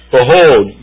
Behold